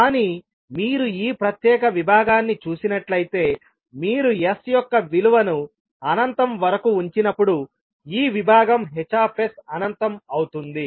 కానీ మీరు ఈ ప్రత్యేక విభాగాన్ని చూసినట్లయితే మీరు S యొక్క విలువను అనంతం వరకు ఉంచినప్పుడు ఈ విభాగం Hs అనంతం అవుతుంది